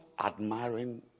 admiring